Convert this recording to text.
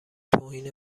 توهین